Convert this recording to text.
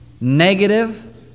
negative